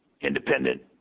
independent